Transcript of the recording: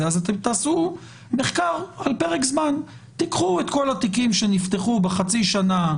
אז אתם תעשו מחקר על פרק זמן: תיקחו את כל התיקים שנפתחו בחצי שנה,